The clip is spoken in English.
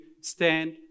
stand